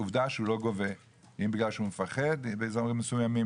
עובדה שהוא לא גובה אם בגלל שהוא מפחד באזורים מסוימים,